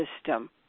system